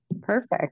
Perfect